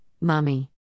mommy